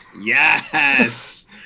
Yes